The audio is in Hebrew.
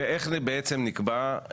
איך זה בעצם נקבע?